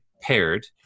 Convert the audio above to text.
paired